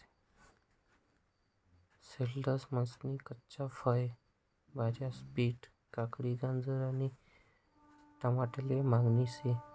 salad म्हनीसन कच्च्या फय भाज्यास्मा बीट, काकडी, गाजर आणि टमाटाले मागणी शे